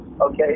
okay